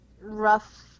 rough